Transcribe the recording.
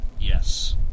Yes